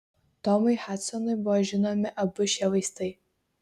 tomui hadsonui buvo žinomi abu šie vaistai